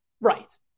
right